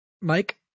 Mike